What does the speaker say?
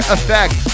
Effect